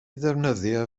ddefnyddio